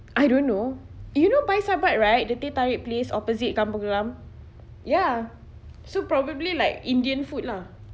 I don't know you know bhai sarbat right the teh tarik place opposite kampong gelam ya so probably like indian food lah